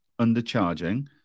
undercharging